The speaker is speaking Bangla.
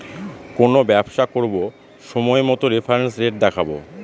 কোনো ব্যবসা করবো সময় মতো রেফারেন্স রেট দেখাবো